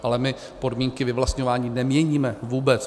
Ale my podmínky vyvlastňování neměníme, vůbec.